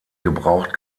gebraucht